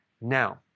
Now